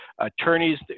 attorneys